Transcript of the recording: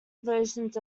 versions